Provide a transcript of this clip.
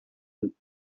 doen